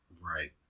Right